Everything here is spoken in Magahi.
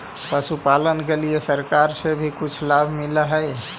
पशुपालन के लिए सरकार से भी कुछ लाभ मिलै हई?